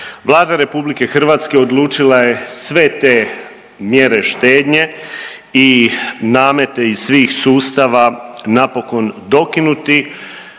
Vlada RH odlučila je sve te mjere štednje i namete iz svih sustava napokon dokinuti.